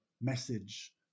message